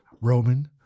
Roman